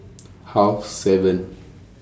Half seven